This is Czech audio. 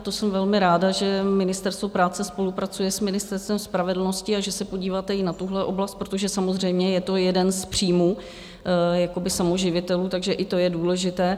To jsem velmi ráda, že Ministerstvo práce spolupracuje s Ministerstvem spravedlnosti a že se podíváte i na tuhle oblast, protože samozřejmě je to jeden z příjmů samoživitelů, takže i to je důležité.